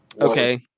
Okay